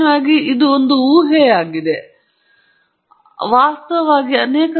ಸಂಭವನೀಯ ಪ್ರಕ್ರಿಯೆಯಿಂದ ಹೊರಬರಲು ಡೇಟಾವನ್ನು ನಾನು ಭಾವಿಸಿದ್ದೇನೆಂದರೆ ನಾನು ಕೇವಲ ಮುಂದೆ ಹೋಗಿ ನನ್ನ ಡೇಟಾ ವಿಶ್ಲೇಷಣೆ ನಡೆಸಲು ಸಾಧ್ಯವಿಲ್ಲ